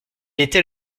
était